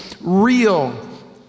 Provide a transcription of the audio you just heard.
real